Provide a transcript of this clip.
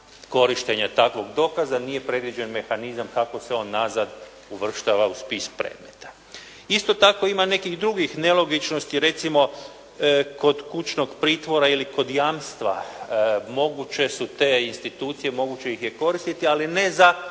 korištenja takvog dokaza nije predviđen mehanizam kako se on nazad uvrštava u spis predmeta. Isto tako ima nekih drugih nelogičnosti, recimo kod kućnog pritvora ili kod jamstva moguće su te institucije, moguće ih je koristiti, ali ne za